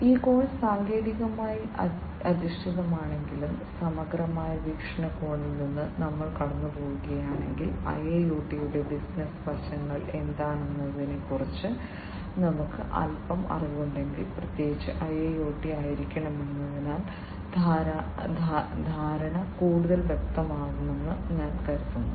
ഈ കോഴ്സ് സാങ്കേതികമായി അധിഷ്ഠിതമാണെങ്കിലും സമഗ്രമായ വീക്ഷണകോണിൽ നിന്ന് നമ്മൾ കടന്നുപോകുകയാണെങ്കിൽ IIoT യുടെ ബിസിനസ്സ് വശങ്ങൾ എന്താണെന്നതിനെക്കുറിച്ച് നമുക്ക് അൽപ്പം അറിവുണ്ടെങ്കിൽ പ്രത്യേകിച്ച് IIoT ആയിരിക്കണമെന്നതിനാൽ ധാരണ കൂടുതൽ വ്യക്തമാകുമെന്ന് ഞാൻ കരുതുന്നു